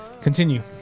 Continue